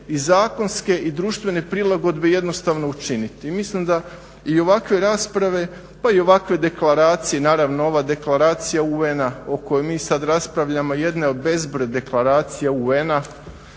i zakonske i društvene prilagodbe jednostavno učiniti. I mislim da i ovakve rasprave pa i ovakve deklaracije, naravno ova deklaracija UN-a o kojoj mi sad raspravljamo jedna je od bezbroj deklaracija UN-a